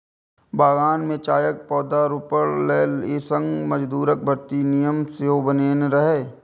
बगान मे चायक पौधारोपण लेल ई संघ मजदूरक भर्ती के नियम सेहो बनेने रहै